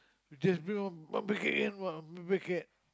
just bring one one packet in one packet